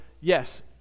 yes